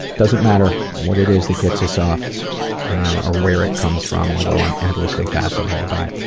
doesn't matter what it is that gets us off or where it comes from though i'm endlessly fascinated by it.